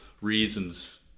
reasons